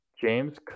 james